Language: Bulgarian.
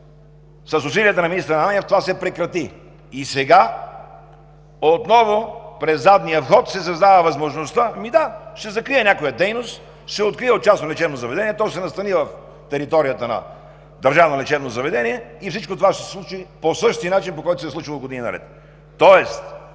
с усилията на министър Ананиев това се прекрати. И сега отново, през задния вход, се създава възможността. Ами да, ще се закрие някоя дейност, ще се открие от частно лечебно заведение, то ще се настани на територията на държавно лечебно заведение и всичко това ще се случи по същия начин, по който се е случвало години наред.